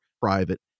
private